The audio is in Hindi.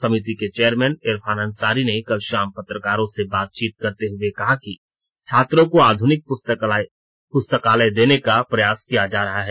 समिति के चेयरमैन इरफान अंसारी ने कल शाम पत्रकारों से बातचीत करते हुए कहा कि छात्रों को आधुनिक पुस्तकालय देने का प्रयास किया जा रहा है